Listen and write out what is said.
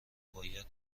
باید